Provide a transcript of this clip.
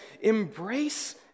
embrace